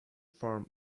form